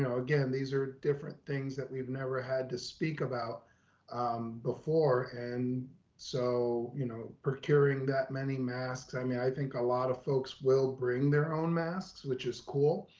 again, these are different things that we've never had to speak about before. and so, you know, procuring that many masks. i mean, i think a lot of folks will bring their own masks, which is cool,